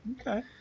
Okay